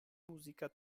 muzika